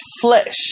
flesh